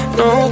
no